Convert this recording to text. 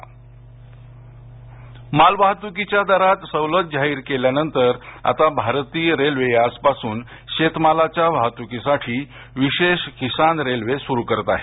किसान railway माल वाहतुकीच्या दरात सवलत जाहीर केल्यानंतर आता भारतीय रेल्वे आजपासून शेतमालाच्या वाहतुकीसाठी विशेष किसान रेल्वे सुरू करते आहे